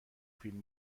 فیلم